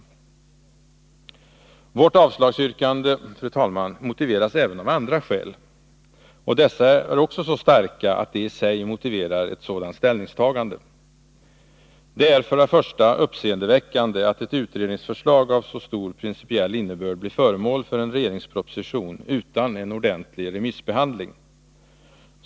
Vårt avslagsyrkande, fru talman, motiveras även av andra skäl, och dessa är också så starka att de i sig motiverar ett sådant ställningstagande. Det är för det första uppseendeväckande att ett utredningsförslag av så stor principiell innebörd blir föremål för en regeringsproposition utan en ordentlig remissbehandling.